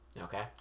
Okay